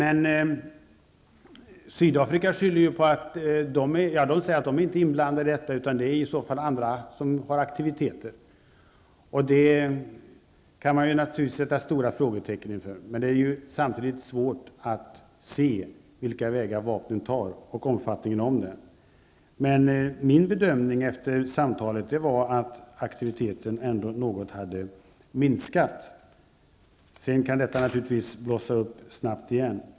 I Sydafrika säger man att landet inte är inblandat i detta utan att det i så fall är andra som bedriver dessa aktiviteter. Detta påstående kan man naturligtvis ställa sig mycket tvivlande inför. Samtidigt är det naturligtvis svårt att se vilka vägar vapnen tar och vilken omfattning leveranserna har. Min bedömning efter samtalet var att aktiviteten ändå något hade minskat. Sedan kan detta naturligtvis snabbt blossa upp igen.